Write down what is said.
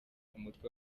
umutwe